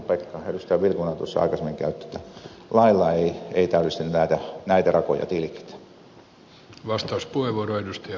pekka vilkuna tuossa aikaisemmin että lailla ei täydellisesti näitä rakoja tilkitä